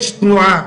יש תנועה.